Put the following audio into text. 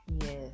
Yes